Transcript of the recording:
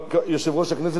מי הצביע נגד?